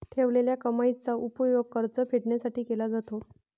ठेवलेल्या कमाईचा उपयोग कर्ज फेडण्यासाठी केला जातो